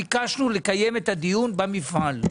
כשביקשנו לקיים את הדיון במפעל,